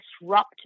disrupt